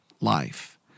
life